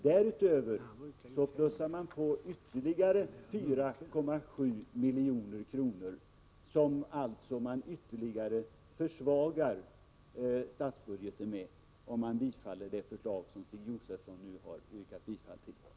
Därutöver plussar man ytterligare på 4,7 milj.kr., som man alltså försvagar statsbudgeten med om man bifaller det förslag som Stig Josefson nu yrkat bifall till.